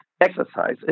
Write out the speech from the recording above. exercise